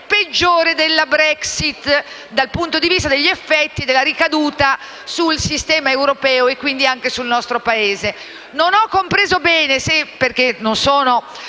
peggiore della Brexit, dal punto di vista degli effetti della ricaduta sul sistema europeo e quindi anche sul nostro Paese. Non ho compreso bene, perché non ci